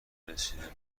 رسیدیم